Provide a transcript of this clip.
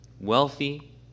wealthy